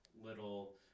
little